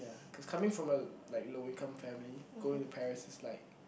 cause coming from a like low income family going to Paris is like